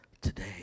today